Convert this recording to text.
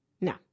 No